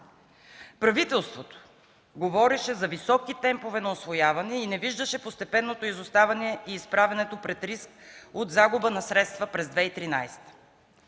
Правителството говореше за високи темпове на усвояване и не виждаше постепенното изоставане и изправянето пред риск от загуба на средства през 2013